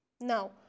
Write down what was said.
Now